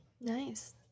Nice